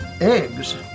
eggs